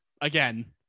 again